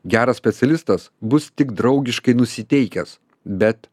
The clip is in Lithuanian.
geras specialistas bus tik draugiškai nusiteikęs bet